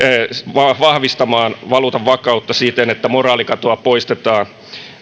vahvistamaan valuutan vakautta siten että moraalikatoa poistetaan